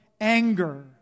anger